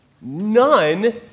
None